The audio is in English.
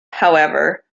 however